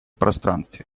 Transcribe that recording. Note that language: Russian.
пространстве